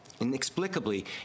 Inexplicably